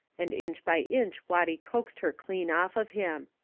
and inch by inch watty coaxed her clean off of him.